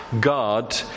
God